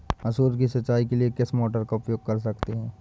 मसूर की सिंचाई के लिए किस मोटर का उपयोग कर सकते हैं?